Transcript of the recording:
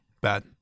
bad